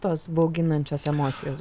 tos bauginančios emocijos